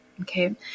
Okay